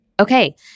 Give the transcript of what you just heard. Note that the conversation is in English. Okay